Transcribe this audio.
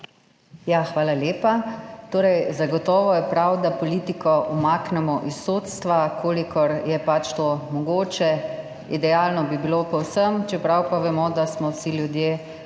Hvala lepa. Zagotovo je prav, da politiko umaknemo iz sodstva, kolikor je pač to mogoče. Idealno bi bilo povsem, čeprav povemo, da smo vsi ljudje